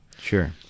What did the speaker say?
Sure